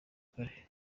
kare